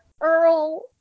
Earl